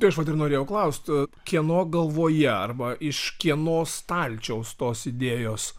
tai aš norėjau klaust kieno galvoje arba iš kieno stalčiaus tos idėjos